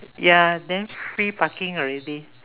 ya then free parking already